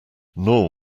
nor